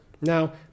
Now